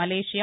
Malaysia